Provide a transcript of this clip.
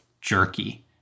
jerky